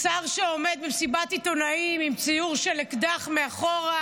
שר שעומד במסיבת עיתונאים עם ציור של אקדח מאחור.